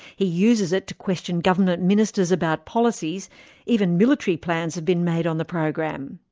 he uses it to question government ministers about policies even military plans have been made on the program.